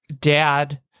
dad